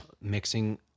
Mixing